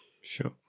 Sure